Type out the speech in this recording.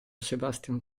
sebastian